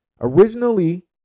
originally